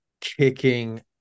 kicking